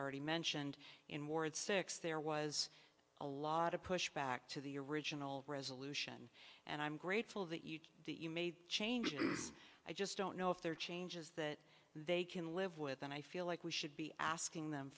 already mentioned in ward six there was a lot of pushback to the original resolution and i'm grateful that you can you may change i just don't know if there are changes that they can live with and i feel like we should be asking them